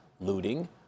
looting